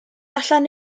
allan